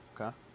Okay